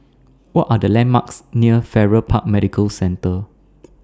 What Are The landmarks near Farrer Park Medical Centre